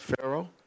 Pharaoh